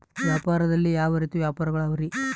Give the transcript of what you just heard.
ವ್ಯಾಪಾರದಲ್ಲಿ ಯಾವ ರೇತಿ ವ್ಯಾಪಾರಗಳು ಅವರಿ?